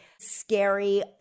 scary